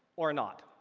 or not.